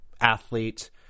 athlete